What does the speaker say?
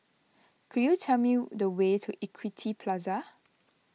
could you tell me the way to Equity Plaza